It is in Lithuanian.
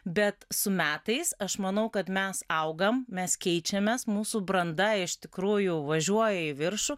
bet su metais aš manau kad mes augam mes keičiamės mūsų branda iš tikrųjų važiuoja į viršų